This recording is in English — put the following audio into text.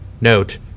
note